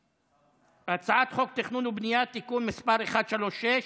על הצעת חוק התכנון והבנייה (תיקון מס' 136)